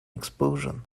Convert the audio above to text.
expulsion